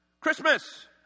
Christmas